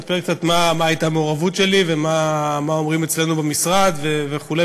אספר קצת מה הייתה המעורבות שלי ומה אומרים אצלנו במשרד וכו',